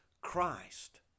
Christ